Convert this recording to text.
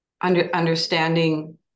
understanding